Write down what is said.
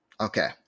Okay